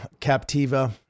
Captiva